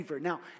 Now